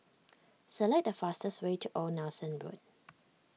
select the fastest way to Old Nelson Road